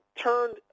turned